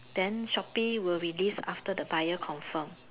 then Shopee will release after the buyer confirm